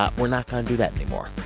ah we're not going to do that anymore.